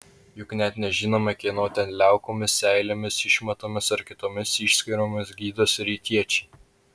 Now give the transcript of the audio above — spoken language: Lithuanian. juk net nežinome kieno ten liaukomis seilėmis išmatomis ar kitomis išskyromis gydosi rytiečiai